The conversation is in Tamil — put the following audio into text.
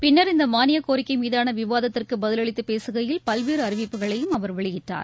பின்னர் இந்த மானியக் கோரிக்கை மீதான விவாதத்திற்கு பதலளித்துப் பேசுகையில் பல்வேறு அறிவிப்புகளையும் அவர் வெளியிட்டார்